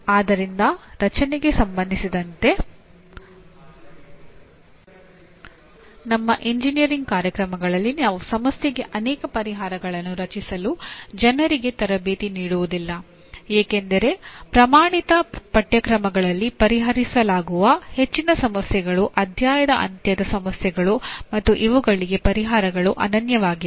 ಆದ್ದರಿಂದ ರಚನೆಗೆ ಸಂಬಂಧಿಸಿದಂತೆ ನಮ್ಮ ಎಂಜಿನಿಯರಿಂಗ್ ಕಾರ್ಯಕ್ರಮಗಳಲ್ಲಿ ನಾವು ಸಮಸ್ಯೆಗೆ ಅನೇಕ ಪರಿಹಾರಗಳನ್ನು ರಚಿಸಲು ಜನರಿಗೆ ತರಬೇತಿ ನೀಡುವುದಿಲ್ಲ ಏಕೆಂದರೆ ಪ್ರಮಾಣಿತ ಪಠ್ಯಕ್ರಮಗಳಲ್ಲಿ ಪರಿಹರಿಸಲಾಗುವ ಹೆಚ್ಚಿನ ಸಮಸ್ಯೆಗಳು ಅಧ್ಯಾಯದ ಅಂತ್ಯದ ಸಮಸ್ಯೆಗಳು ಮತ್ತು ಇವುಗಳಿಗೆ ಪರಿಹಾರಗಳು ಅನನ್ಯವಾಗಿವೆ